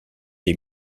des